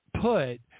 put